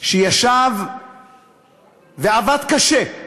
שהוא ישב ועבד קשה,